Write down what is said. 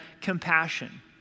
compassion